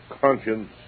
conscience